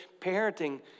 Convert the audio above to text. parenting